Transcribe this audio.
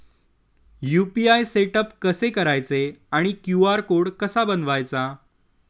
UPI setup कसे करायचे आणि क्यू.आर कोड कसा बनवायचा?